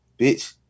bitch